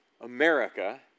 America